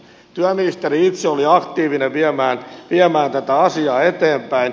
työministeri itse oli aktiivinen viemään tätä asiaa eteenpäin